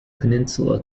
peninsula